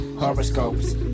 Horoscopes